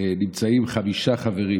נמצאים חמישה חברים